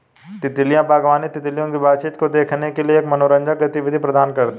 तितली बागवानी, तितलियों की बातचीत को देखने के लिए एक मनोरंजक गतिविधि प्रदान करती है